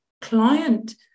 client